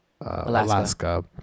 Alaska